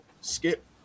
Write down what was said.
skip